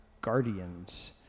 guardians